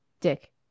Dick